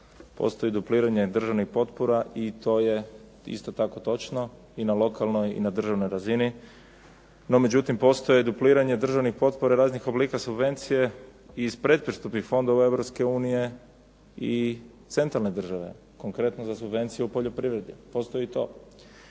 postoji dupliranje državnih potpora i to je isto tako točno i na lokalnoj i na državnoj razini. No međutim, postoji dupliranje državnih potpora raznih oblika subvencije iz predpristupnih fondova Europske unije i centralne države, konkretno za subvencije u poljoprivredi, postoji to.